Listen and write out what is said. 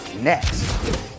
next